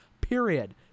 period